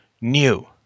new